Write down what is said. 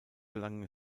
gelang